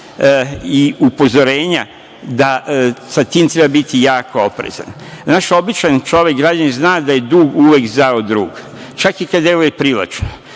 i upozorenja da sa tim treba biti jako oprezan. Naš običan čovek, građanin, zna da je dug uvek zao drug, čak i kad deluje privlačno.